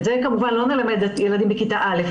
את זה כמובן לא נלמד את הילדים בכיתה א',